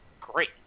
great